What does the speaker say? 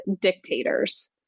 dictators